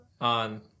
on